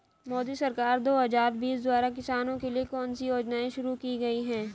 मोदी सरकार दो हज़ार बीस द्वारा किसानों के लिए कौन सी योजनाएं शुरू की गई हैं?